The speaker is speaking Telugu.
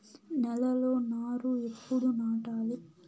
నేలలో నారు ఎప్పుడు నాటాలి?